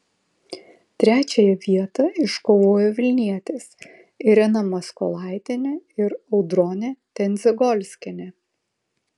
trečiąją vietą iškovojo vilnietės irena maskolaitienė ir audronė tendzegolskienė